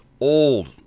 old